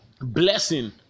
blessing